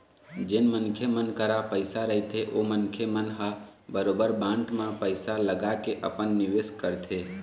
जेन मनखे मन करा पइसा रहिथे ओ मनखे मन ह बरोबर बांड म पइसा लगाके अपन निवेस करथे